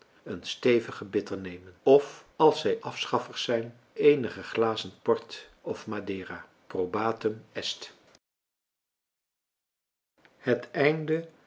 een stevigen bitter nemen of als zij afschaffers zijn eenige glazen port of madera probatum est